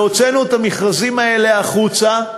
הוצאנו את המכרזים האלה החוצה.